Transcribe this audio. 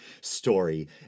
story